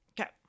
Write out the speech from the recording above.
Okay